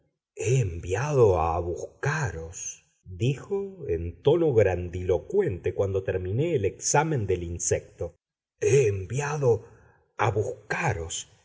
he enviado a buscaros dijo en tono grandilocuente cuando terminé el examen del insecto he enviado a buscaros